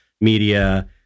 media